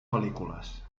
pel·lícules